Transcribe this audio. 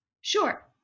Sure